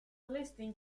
listing